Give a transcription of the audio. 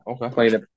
Okay